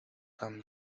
tan